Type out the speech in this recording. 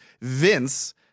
Vince